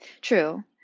True